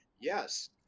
yes